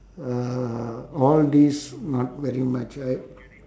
uh all these not very much I